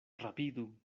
rapidu